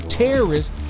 terrorists